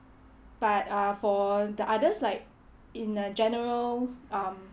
but uh for the others like in a general um